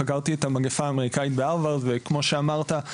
חקרתי את המגפה האמריקאית בהרווארד וכמו שאמרת,